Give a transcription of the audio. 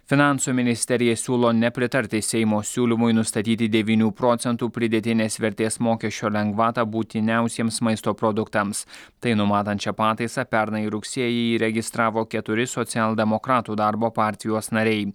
finansų ministerija siūlo nepritarti seimo siūlymui nustatyti devynių procentų pridėtinės vertės mokesčio lengvatą būtiniausiems maisto produktams tai numatančią pataisą pernai rugsėjį įregistravo keturi socialdemokratų darbo partijos nariai